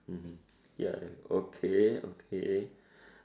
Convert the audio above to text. mmhmm ya okay okay